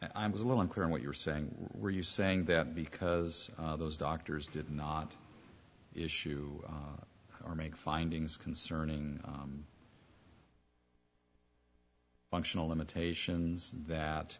i was a little unclear on what you're saying were you saying that because those doctors did not issue or make findings concerning functional limitations that